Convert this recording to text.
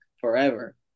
forever